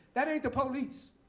that ain't the police.